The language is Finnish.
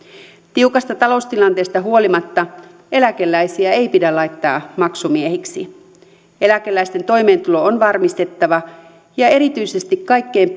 tiukasta taloustilanteesta huolimatta eläkeläisiä ei pidä laittaa maksumiehiksi eläkeläisten toimeentulo on varmistettava ja erityisesti kaikkein